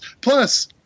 Plus